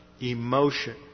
emotion